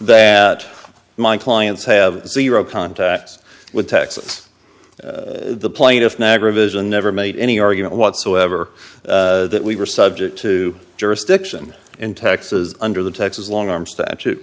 that my clients have zero contacts with texas the plaintiff nagra vision never made any argument whatsoever that we were subject to jurisdiction in texas under the texas long arm statute